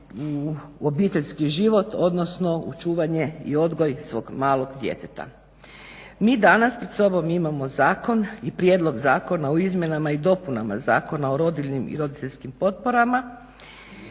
u obiteljski život, odnosno u čuvanje i odgoj svog malog djeteta. Mi danas pred sobom imamo zakon i prijedlog zakona o izmjenama i dopunama Zakona o rodiljnim i roditeljskim potporama.